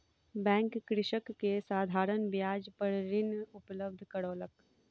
bank कृषक के साधारण ब्याज पर ऋण उपलब्ध करौलक